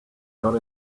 got